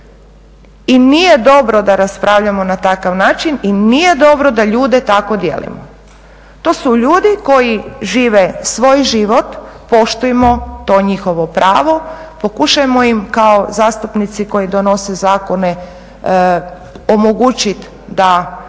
I nije dobro da raspravljamo na takav način i nije dobro da ljude tako dijelimo. To su ljudi koji žive svoj život, poštujmo to njihovo pravo, pokušajmo im kao zastupnici koji donose zakone omogućiti da